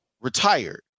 retired